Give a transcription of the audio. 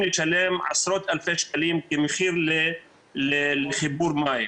לשלם עשרות אלפי שקלים כמחיר לחיבור מים.